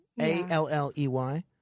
A-L-L-E-Y